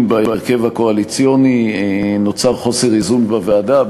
בהרכב הקואליציוני נוצר חוסר איזון בוועדה,